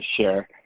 share